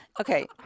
Okay